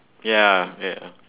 ya wait ah